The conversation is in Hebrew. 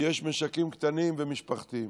יש משקים קטנים ומשפחתיים.